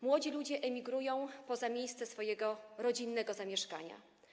Młodzi ludzie emigrują poza miejsce swojego rodzinnego zamieszkania.